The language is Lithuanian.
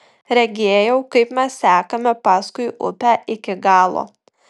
regėjau kaip mes sekame paskui upę iki galo